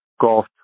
golf